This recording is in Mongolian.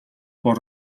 бор